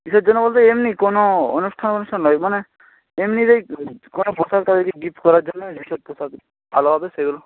কীসের জন্য বলতে এমনি কোনো অনুষ্ঠান ফনুষ্ঠান নয় মানে এমনি এই কোনো পোশাক তাদেরকে গিফট করার জন্য যে সব পোশাক ভালো হবে সেগুলো